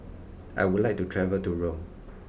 I would like to travel to Rome